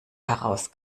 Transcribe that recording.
heraus